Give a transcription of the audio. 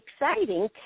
exciting